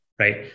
Right